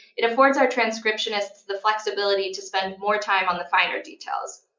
it affords our transcriptionists the flexibility to spend more time on the finer details.